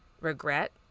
regret